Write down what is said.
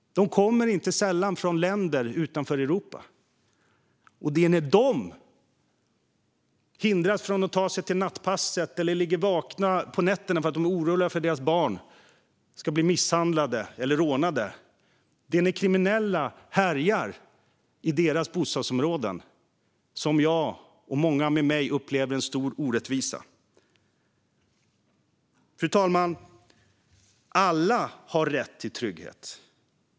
De kommer inte sällan från länder utanför Europa. Det är när de hindras från att ta sig till nattpasset eller ligger vakna på nätterna för att de är oroliga för att deras barn ska bli misshandlade eller rånade och det är när kriminella härjar i deras bostadsområden som jag och många med mig upplever en stor orättvisa. Fru talman! Alla har rätt till trygghet.